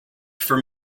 from